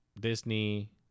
Disney